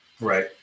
Right